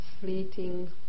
fleeting